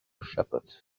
shepherd